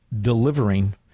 delivering